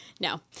No